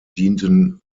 dienten